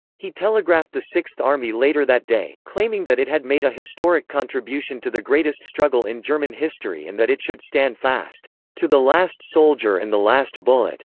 he telegraphed the sixth army later that day, claiming that it had made a historic contribution to the greatest struggle in german history and that it should stand fast to the last soldier and the last bullet.